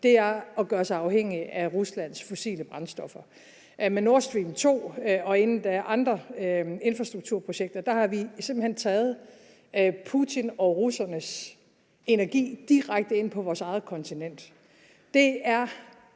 – at gøre os afhængige af Ruslands fossile brændstoffer. Med Nord Stream 2 og inden da med andre infrastrukturprojekter har vi simpelt hen taget Putin og russernes energi direkte ind på vores eget kontinent. Det er